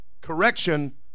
correction